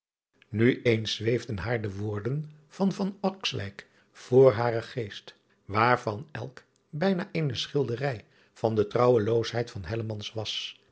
u eens zweefden haar de woorden van voor haren geest waarvan elk bijna eene schilderij van de trouweloosheid van was